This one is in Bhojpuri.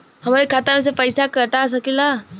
हमरे खाता में से पैसा कटा सकी ला?